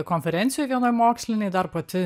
konferencijoj vienoj mokslinėj dar pati